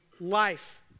life